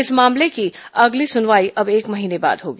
इस मामले की अगली सुनवाई अब एक महीने बाद होगी